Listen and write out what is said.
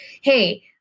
hey